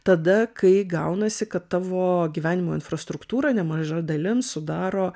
tada kai gaunasi kad tavo gyvenimo infrastruktūrą nemaža dalim sudaro